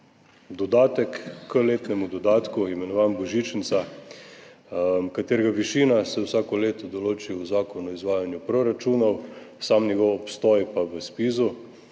dodatek k letnemu dodatku, imenovan božičnica, katerega višina se vsako leto določi v Zakonu o izvajanju proračunov, sam njegov obstoj pa v Zpizu,